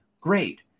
Great